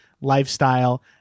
lifestyle